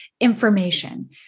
information